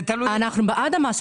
אנחנו בעד המס.